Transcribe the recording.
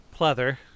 pleather